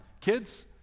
Kids